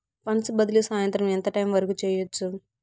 funds బదిలీ సాయంత్రం ఎంత టైము వరకు చేయొచ్చు